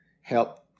help